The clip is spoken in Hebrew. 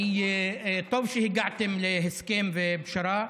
טוב שהגעתם להסכם ופשרה.